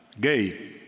gay